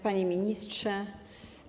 Panie Ministrze!